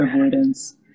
avoidance